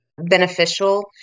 beneficial